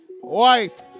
White